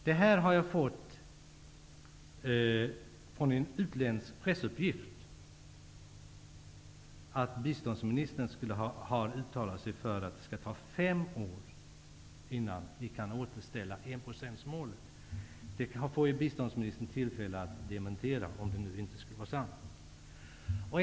Det är i utländsk press jag har läst att biståndsministern skall ha sagt att det kommer att ta fem år innan vi kan återställa enprocentsmålet. Biståndsministern får senare i debatten tillfälle att dementera detta, om det inte skulle vara sant.